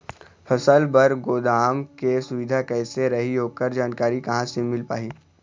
फसल बर गोदाम के सुविधा कैसे रही ओकर जानकारी कहा से मिल पाही?